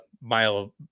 mile